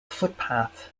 footpath